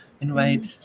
invite